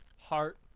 Heart